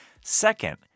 Second